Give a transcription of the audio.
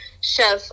Chef